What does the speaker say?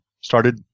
started